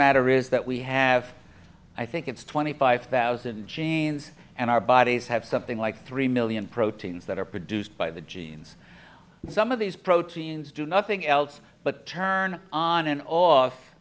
matter is that we have i think it's twenty five thousand genes and our bodies have something like three million proteins that are produced by the genes some of these proteins do nothing else but turn on and off